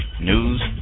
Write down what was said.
news